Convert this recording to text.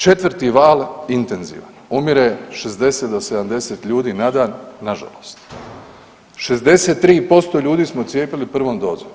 Četvrti val intenzivan, umire 60 do 70 ljudi na dan, nažalost, 63% ljudi smo cijepili prvom dozom.